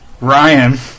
Ryan